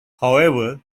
however